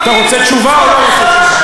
אתה רוצה תשובה או לא רוצה תשובה?